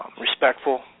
respectful